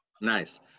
Nice